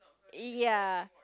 ya